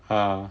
ah